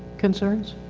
concerns?